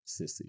sissy